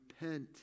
repent